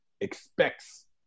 expects